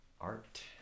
Art